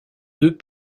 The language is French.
deux